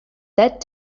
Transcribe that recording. that